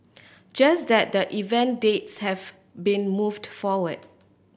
just that the event dates have been moved forward